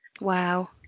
Wow